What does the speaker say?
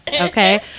okay